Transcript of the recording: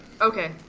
Okay